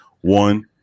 One